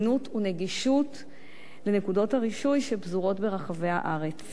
ונגישות לנקודות הרישוי שפזורות ברחבי הארץ.